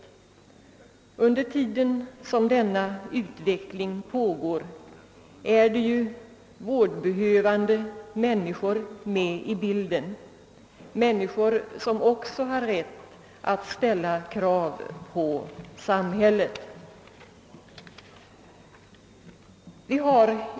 Medan denna utveckling pågår finns det ju vårdbehövande människor med i bilden, människor som också har rätt att ställa krav på samhället.